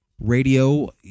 Radio